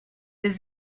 des